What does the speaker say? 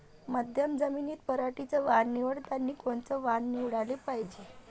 मध्यम जमीनीत पराटीचं वान निवडतानी कोनचं वान निवडाले पायजे?